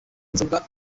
inzoga